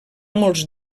molts